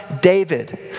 David